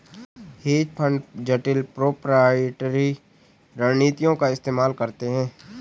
hedge fund जटिल proprietary रणनीतियों का इस्तेमाल करते हैं